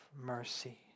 mercy